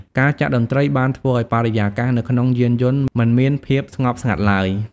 ការចាក់តន្ត្រីបានធ្វើឱ្យបរិយាកាសនៅក្នុងយានយន្តមិនមានភាពស្ងប់ស្ងាត់ឡើយ។